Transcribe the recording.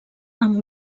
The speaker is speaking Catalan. amb